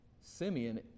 Simeon